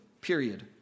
period